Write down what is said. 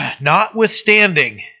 Notwithstanding